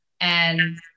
And-